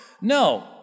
No